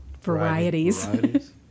Varieties